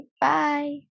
Bye